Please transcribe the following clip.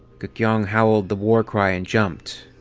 gkyaun howled the war cry and jumped.